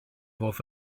roedd